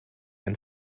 ein